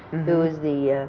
who was the